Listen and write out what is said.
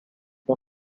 the